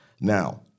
Now